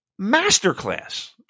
masterclass